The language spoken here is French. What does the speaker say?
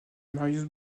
marius